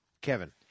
Kevin